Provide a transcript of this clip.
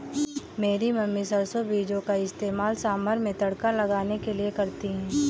मेरी मम्मी सरसों बीजों का इस्तेमाल सांभर में तड़का लगाने के लिए करती है